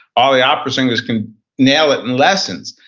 all the opera singers can nail it in lessons.